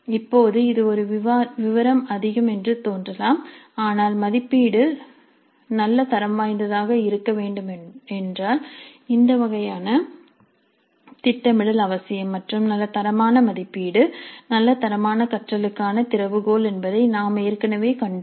இப்போது இது ஒரு விவரம் அதிகம் என்று தோன்றலாம் ஆனால் மதிப்பீடு நல்ல தரம் வாய்ந்ததாக இருக்க வேண்டுமென்றால் இந்த வகையான திட்டமிடல் அவசியம் மற்றும் நல்ல தரமான மதிப்பீடு நல்ல தரமான கற்றலுக்கான திறவுகோல் என்பதை நாம் ஏற்கனவே கண்டோம்